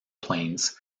plains